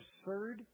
absurd